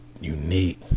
unique